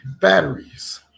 Batteries